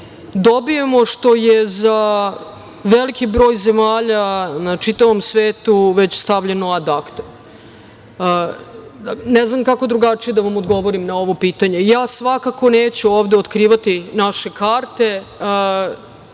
dobijemo, što je za veliki broj zemalja na čitavom svetu već stavljeno ad akta. Ne znam kako drugačije da vam odgovorim na ovo pitanje. Ja svakako neću ovde otkrivati naše karte.